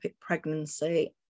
pregnancy